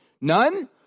None